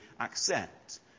accept